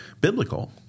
biblical